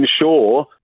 ensure